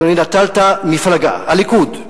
אדוני, נטלת מפלגה, הליכוד,